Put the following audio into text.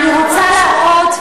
אני רוצה להראות,